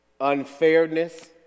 Unfairness